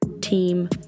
team